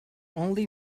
only